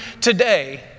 today